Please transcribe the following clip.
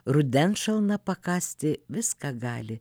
rudens šalna pakasti viską gali